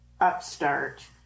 upstart